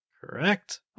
Correct